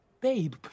Babe